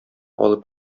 алып